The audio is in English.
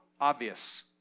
obvious